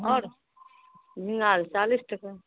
आओर झींगा आओर चालीस टके